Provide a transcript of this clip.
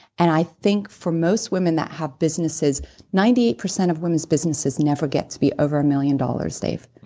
and i think for most women that have businesses ninety eight percent of women's businesses never get to be over a million dollars dave,